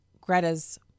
Greta's